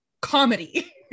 comedy